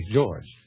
George